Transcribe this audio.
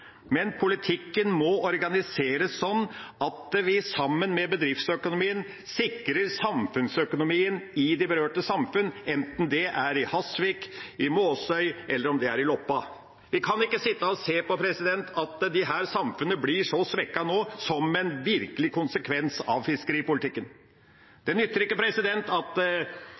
Men politikken må organiseres sånn at vi sammen med bedriftsøkonomien sikrer samfunnsøkonomien i de berørte samfunn – enten det er i Hasvik, i Måsøy eller i Loppa. Vi kan ikke sitte og se på at disse samfunnene nå blir så svekket som en virkelig konsekvens av fiskeripolitikken. Det nytter ikke at statsråden sier at